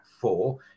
four